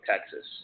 Texas